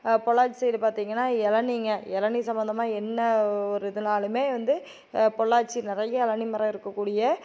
Pollachi side பார்த்திங்கன்னா இளநீங்க இளநீ சம்பந்தமாக என்ன ஒரு இதுனாலும் வந்து பொள்ளாச்சி நிறைய இளநீ மரம் இருக்கக்கூடிய